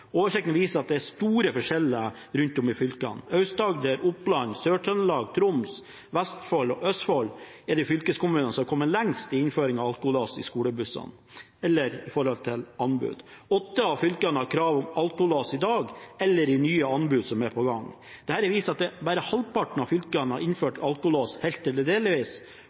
Oversikten viser at det er store forskjeller rundt om i fylkene. Aust-Agder, Oppland, Sør-Trøndelag, Troms, Vestfold og Østfold er de fylkeskommunene som er kommet lengst i innføringen av alkolås i skolebussene – eller når det gjelder anbud. Åtte av fylkene har krav om alkolås i dag eller i nye anbud som er på gang. Dette viser at bare halvparten av fylkene har innført alkolås helt